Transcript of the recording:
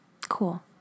cool